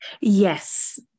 Yes